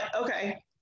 okay